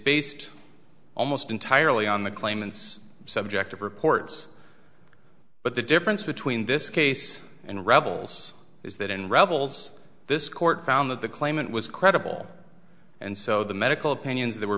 based almost entirely on the claimant's subjective reports but the difference between this case and rebels is that unravels this court found that the claimant was credible and so the medical opinions that were